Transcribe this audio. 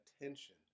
attention